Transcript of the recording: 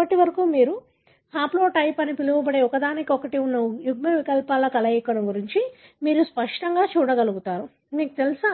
ఇప్పటి వరకు మీరు హాప్లోటైప్ అని పిలవబడే ఒకదానికొకటి ఉన్న యుగ్మవికల్పాల కలయికను మీరు స్పష్టంగా చూడగలుగుతారు మీకు తెలుసా